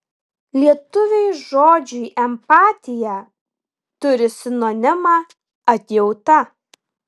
lietuviai žodžiui empatija turi sinonimą atjauta